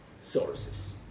sources